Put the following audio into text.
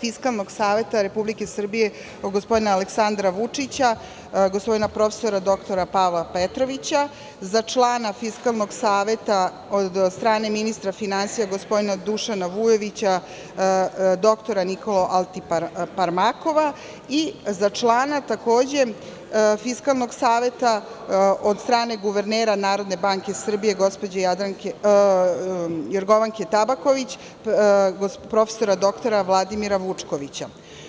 Fiskalnog saveta Republike Srbije, gospodina Aleksandra Vučića, gospodina profesora dr Pavla Petrovića, za člana Fiskalnog saveta od strane ministra finansija gospodina Dušana Vujovića dr Nikolu Altiparmakova i za člana, takođe, Fiskalnog saveta od strane guvernera Narodne banke guvernera gospođe Jorgovanke Tabaković prof. dr Vladimir Vučkovića.